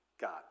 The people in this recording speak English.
God